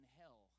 hell